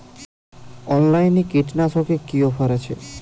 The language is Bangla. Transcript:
অনলাইনে কীটনাশকে কি অফার আছে?